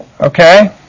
Okay